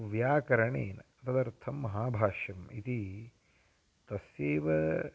व्याकरणेन तदर्थं महाभाष्यम् इति तस्यैव